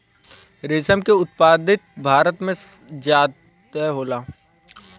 रेशम के उत्पत्ति भारत में ज्यादे होला